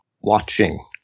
watching